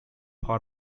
far